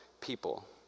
people